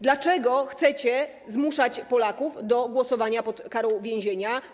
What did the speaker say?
Dlaczego chcecie zmuszać Polaków do głosowania pod karą więzienia?